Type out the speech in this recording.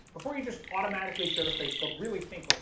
before you just automatically share to facebook, really think, like,